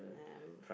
um